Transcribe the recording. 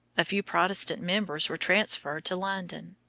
a few protestant members were transferred to london.